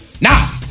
Now